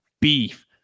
beef